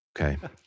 Okay